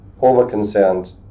over-concerned